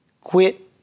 Quit